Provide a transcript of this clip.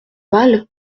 mal